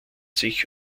sich